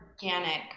organic